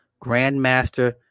Grandmaster